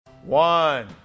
One